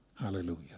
Hallelujah